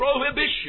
prohibition